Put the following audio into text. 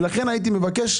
לכן הייתי מבקש,